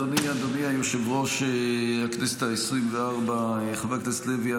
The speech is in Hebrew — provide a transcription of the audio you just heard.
אדוני יושב-ראש הכנסת העשרים-וארבע חבר הכנסת לוי,